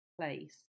place